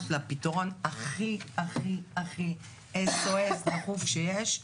לפתרון הכי הכי הכי SOS דחוף שיש,